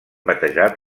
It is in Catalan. batejat